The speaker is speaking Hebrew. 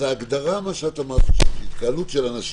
אז ההגדרה שאמרת, התקהלות של אנשים,